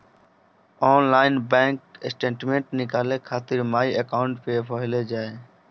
online bank statement निकाले खातिर my account पे पहिले जाए